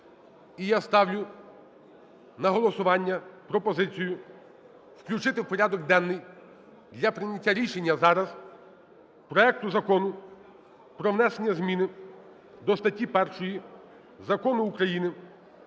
І я ставлю на голосування пропозицію включити в порядок денний для прийняття рішення зараз проекту Закону про внесення зміни до статті 1 Закону України